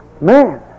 man